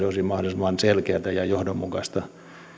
olisi mahdollisimman selkeätä ja johdonmukaista